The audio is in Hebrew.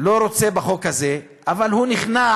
לא רוצה בחוק הזה הוא נכנע